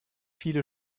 viele